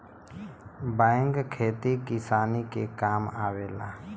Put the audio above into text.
बैल खेती किसानी के काम में आवेला